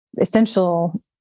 essential